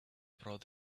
brought